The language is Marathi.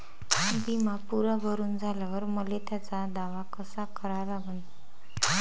बिमा पुरा भरून झाल्यावर मले त्याचा दावा कसा करा लागन?